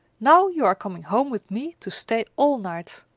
now you are coming home with me to stay all night.